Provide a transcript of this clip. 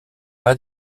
pas